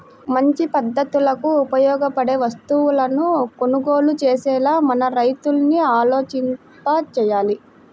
మంచి పద్ధతులకు ఉపయోగపడే వస్తువులను కొనుగోలు చేసేలా మన రైతుల్ని ఆలోచింపచెయ్యాలి